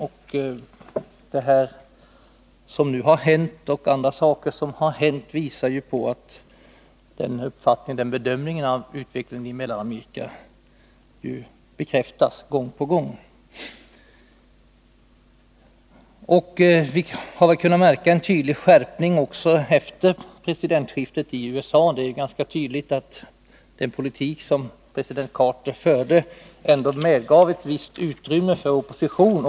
Vad som nu har hänt, liksom andra saker, bekräftar ju återigen riktigheten i bedömningen av utvecklingen i Mellanamerika. Vi har väl också kunnat märka en tydlig skärpning efter presidentskiftet i USA. Den politik som president Carter förde medgav ändå ett visst utrymme för opposition.